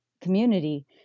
community